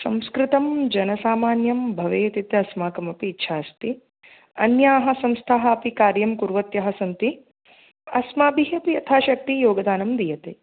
संस्कृतं जनसामान्यं भवेत् इत्यस्माकमपि इच्छा अस्ति अन्याः संस्थाः अपि कार्यं कुर्वत्यः सन्ति अस्माभिः अपि यथाशक्ति योगदानं दीयते